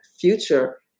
future